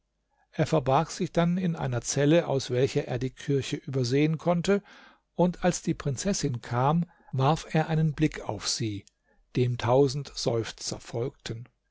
er verbarg sich dann in eine zelle aus welcher er die kirche übersehen konnte und als die prinzessin kam warf er einen blick auf sie dem tausend seufzer folgten